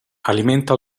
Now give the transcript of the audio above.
alimenta